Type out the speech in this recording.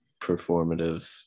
performative